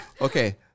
Okay